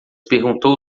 perguntou